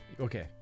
Okay